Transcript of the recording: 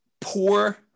Poor